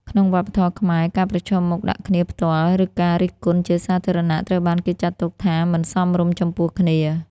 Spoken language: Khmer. ក្នុងវប្បធម៌ខ្មែរ ការប្រឈមមុខដាក់គ្នាផ្ទាល់ ឬការរិះគន់ជាសាធារណៈ ត្រូវបានគេចាត់ទុកថាមិនសមរម្យចំពោះគ្នា។